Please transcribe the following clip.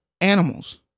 animals